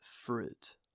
fruit